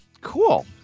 Cool